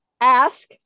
ask